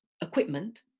equipment